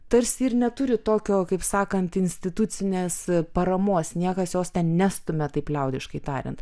tarsi ir neturi tokio kaip sakant institucinės paramos niekas jos ten nestumia taip liaudiškai tariant